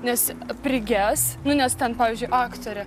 nes priges nu nes ten pavyzdžiui aktorė